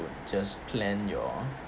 just plan your